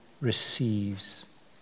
receives